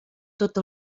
tot